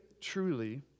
truly